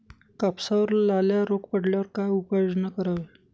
कापसावर लाल्या रोग पडल्यावर काय उपाययोजना करावी?